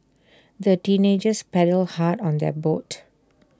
the teenagers paddled hard on their boat